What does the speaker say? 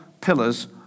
pillars